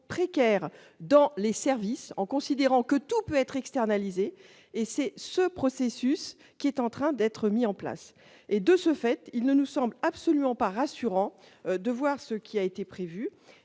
précaires dans les services en considérant que tout peut être externalisées et c'est ce processus qui est en train d'être mis en place et de ce fait, il ne nous semble absolument pas rassurant de voir ce qui a été prévu